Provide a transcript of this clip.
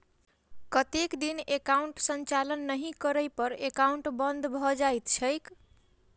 कतेक दिन एकाउंटक संचालन नहि करै पर एकाउन्ट बन्द भऽ जाइत छैक?